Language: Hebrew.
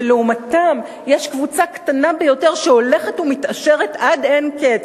ולעומתם יש קבוצה קטנה ביותר שהולכת ומתעשרת עד אין קץ,